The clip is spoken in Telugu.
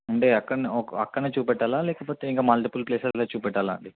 అంటే అక్కడనే అక్కడనే చూపెట్టాలా లేకపోతే ఇంకా మల్టిపుల్ ప్లేసెస్లలో చూపెట్టాలా అండి